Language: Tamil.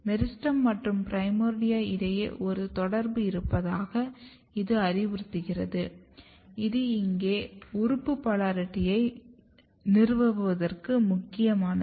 மெரிஸ்டெம் மற்றும் பிரைமோர்டியா இடையே ஒரு தொடர்பு இருப்பதாக இது அறிவுறுத்துகிறது இது இங்கே உறுப்பு போலாரிட்டியை நிறுவுவதற்கும் முக்கியமானது